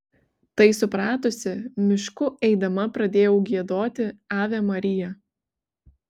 tai supratusi mišku eidama pradėjau giedoti ave maria